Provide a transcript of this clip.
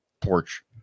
porch